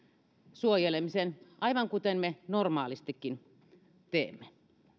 suojelemisen aivan kuten me normaalistikin teemme